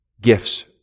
gifts